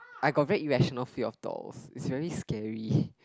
I got very irrational feels of dolls is very scary